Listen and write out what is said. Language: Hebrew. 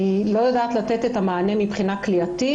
אני לא יודעת לתת את המענה מבחינה כליאתית.